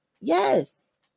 Yes